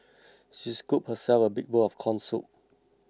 she scooped herself a big bowl of Corn Soup